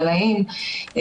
גלאים,